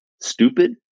stupid